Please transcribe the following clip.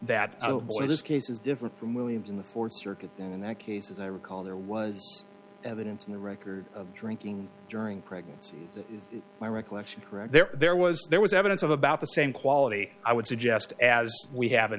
that this case is different from williams in the th circuit in that case as i recall there was evidence in the record drinking during pregnancy my recollection there there was there was evidence of about the same quality i would suggest as we have in